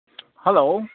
hello